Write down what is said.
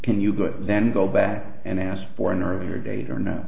can you good then go back and ask for an earlier date or no